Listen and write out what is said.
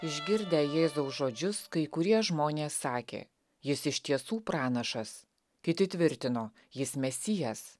išgirdę jėzaus žodžius kai kurie žmonės sakė jis iš tiesų pranašas kiti tvirtino jis mesijas